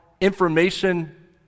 information